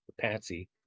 patsy